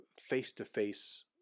face-to-face